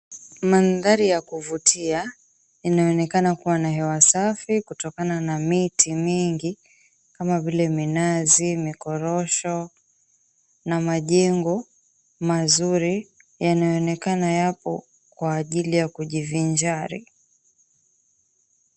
Manthari yakuvutia yanaonekana kuwa na hewa safi kutokana na miti mingi kama vile minazi mikorosho na majengo mazuri yanayoonekana yako kwa ajili ya kujivinjari.